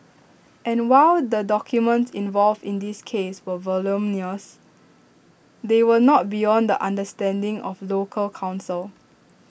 and while the documents involved in this case were voluminous they were not beyond understanding of local counsel